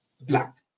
black